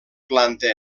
planta